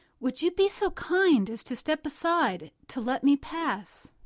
would you be so kind as to step aside to let me pass?